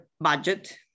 budget